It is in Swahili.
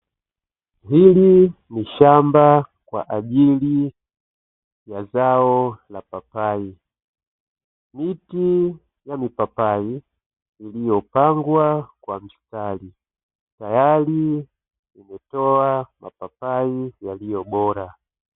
Hili nishamba kwa ajili ya zao la papai, miti ya mipapai iliyopandwa kwa mistari, tayari imetoa mapapai yaliyobora.